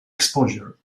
exposure